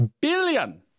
Billion